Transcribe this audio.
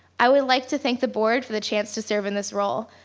i would like to thank the board for the chance to serve in this role.